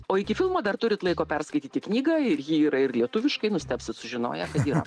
o iki filmo dar turit laiko perskaityti knygą ir ji yra ir lietuviškai nustebsit sužinoję kad yra